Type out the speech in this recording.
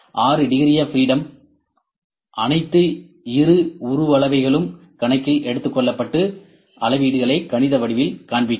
6 degree of freedom அனைத்து இரு உருவளவைகளும் கணக்கில் எடுத்துக்கொள்ளப்பட்டு அளவீடுகளைக் கணித வடிவத்தில் காண்பிக்கிறது